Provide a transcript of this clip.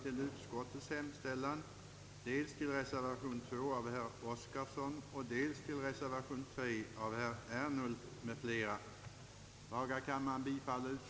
Det kan sägas att det inte spelar någon roll, eftersom utredningen inte visar vem som är far.